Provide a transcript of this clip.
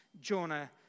Jonah